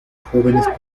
jóvenes